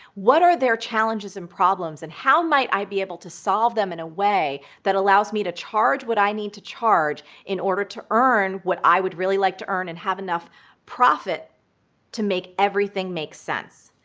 what are their challenges and problems and how might i be able to solve them in a way that allows me to charge what i need to charge in order to earn what i would really like to earn and have enough profit to make everything makes sense?